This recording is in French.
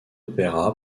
opéra